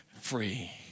free